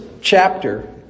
chapter